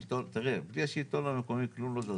תראה, בלי השלטון המקומי כלום לא זז.